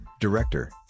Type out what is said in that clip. Director